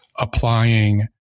applying